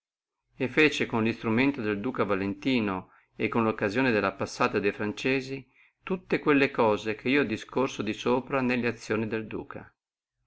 e fece con lo instrumento del duca valentino e con la occasione della passata de franzesi tutte quelle cose che io discorro di sopra nelle azioni del duca